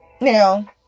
Now